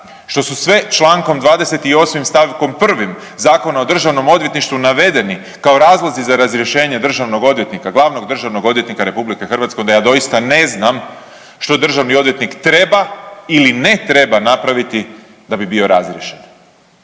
što su sve člankom 28 stavkom prvim Zakona o državnom odvjetništvu navedeni kao razlozi za razrješenje Državnog odvjetnika, Glavnog državnog odvjetnika Republike Hrvatske, onda ja doista ne znam što Državni odvjetnik treba ili ne treba napraviti da bi bio razriješen.